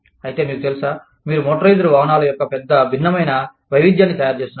అయితే మీకు తెలుసా మీరు మోటరైజ్డ్ వాహనాల యొక్క పెద్ద భిన్నమైన వైవిధ్యాన్ని తయారు చేస్తున్నారు